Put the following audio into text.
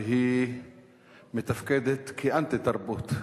והיא מתפקדת כאנטי-תרבות.